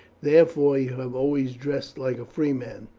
therefore you have always dressed like a free man.